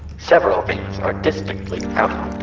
several veins are distinctly outlined